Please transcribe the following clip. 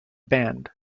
band